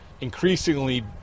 increasingly